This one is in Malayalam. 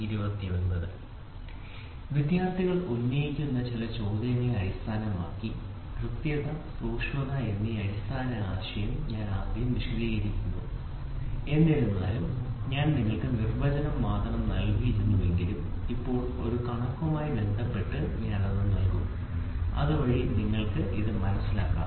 ശരി വിദ്യാർത്ഥികൾ ഉന്നയിക്കുന്ന ചില ചോദ്യങ്ങളെ അടിസ്ഥാനമാക്കി കൃത്യത സൂക്ഷ്മത എന്നീ അടിസ്ഥാന ആശയം ആദ്യം വിശദീകരിക്കാൻ ഞാൻ ആഗ്രഹിക്കുന്നു എന്നിരുന്നാലും ഞാൻ നിങ്ങൾക്ക് നിർവചനം മാത്രം നൽകിയിരുന്നെങ്കിലും ഇപ്പോൾ ഒരു കണക്കുമായി ബന്ധപ്പെട്ട് ഞാൻ അത് നൽകും അതുവഴി നിങ്ങൾക്ക് ഇത് മനസ്സിലാക്കാം